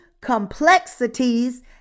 complexities